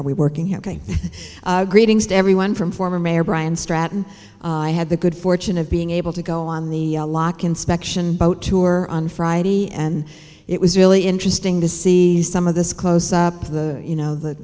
are we working here greetings to everyone from former mayor brian stratton i had the good fortune of being able to go on the block inspection boat tour on friday and it was really interesting to see some of this close up of the you know the